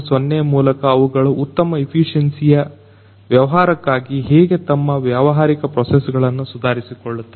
0 ಮೂಲಕ ಅವುಗಳು ಉತ್ತಮ ಎಫಿಸಿಯೆನ್ಸಿಯ ವ್ಯವಹಾರಕ್ಕಾಗಿ ಹೇಗೆ ತಮ್ಮ ವ್ಯಾವಹಾರಿಕ ಪ್ರೊಸೆಸ್ಗಳನ್ನ ಸುಧಾರಿಸಿಕೊಳ್ಳುತ್ತವೆ